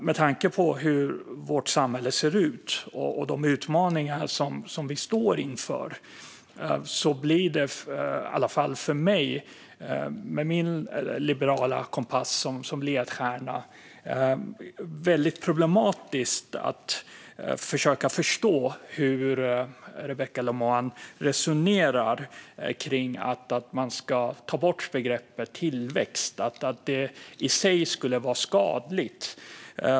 Med tanke på hur vårt samhälle ser ut och de utmaningar som vi står inför blir det i varje fall för mig med min liberala kompass som ledstjärna väldigt problematiskt att försöka förstå hur Rebecka Le Moine resonerar om hur man ska ta bort begreppet tillväxt och att det i sig skulle vara skadligt.